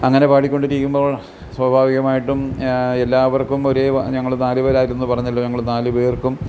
അങ്ങനെ പാടിക്കൊണ്ടിരിക്കുമ്പോൾ സ്വാഭാവികമായിട്ടും എല്ലാവർക്കും ഒരേ ഞങ്ങൾ നാലുപേരായിരുന്നു പറഞ്ഞല്ലോ ഞങ്ങൾ നാല് പേർക്കും